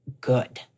good